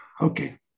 Okay